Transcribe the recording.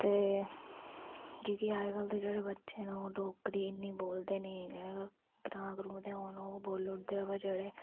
ते की के अजकल दे जेह्ड़े बच्चे न ओह् डोगरी नेईं बोलदे नेईं ग्रां ग्रऊं दे होन ओह् बोलदे न ते जेह्ड़े